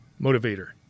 Motivator